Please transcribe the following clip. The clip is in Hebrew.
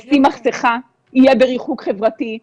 ישים מסכה, יהיה בריחוק חברתי.